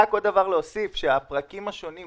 הפרקים השונים,